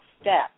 step